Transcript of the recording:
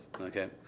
okay